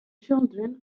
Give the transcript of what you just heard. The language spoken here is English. children